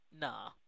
Nah